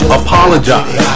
apologize